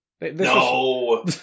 No